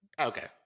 Okay